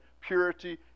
purity